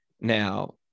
now